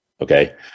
okay